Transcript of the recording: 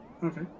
Okay